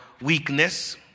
weakness